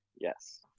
Yes